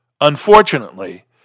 Unfortunately